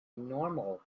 normal